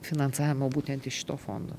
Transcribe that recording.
finansavimo būtent iš šito fondo